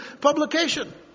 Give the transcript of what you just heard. publication